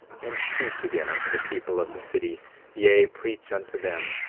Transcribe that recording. and preach again unto the people of the city yea, preach unto them.